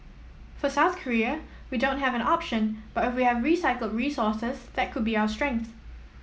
for South Korea we don't have an option but if we have recycled resources that could be our strength